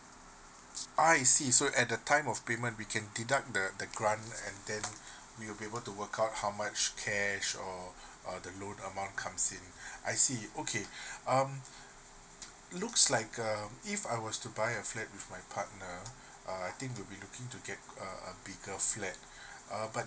ah I see so at the time of payment we can deduct the the grant and then we will be able to work out how much cash or uh the loan amount comes in I see okay um looks like uh if I was to buy a flat with my partner uh I think will be looking to get a a bigger flat uh but